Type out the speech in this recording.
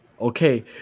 okay